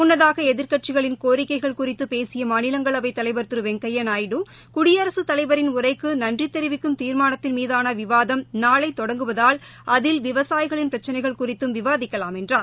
முன்னதாக எதிர்க்கட்சிகளின் கோரிக்கைகள் குறித்து பேசிய மாநிலங்களவை தலைவர் திரு வெங்கையா நாயுடு குடியரசுத் தலைவரின் உரைக்கு நன்றி தெரிவிக்கும் தீர்மானத்தின் மீதான விவாதம் நாளை தொடங்குவதால் அதில் விவசாயிகளின் பிரச்சினைகள் குறித்தும் விவாதிக்கலாம் என்றார்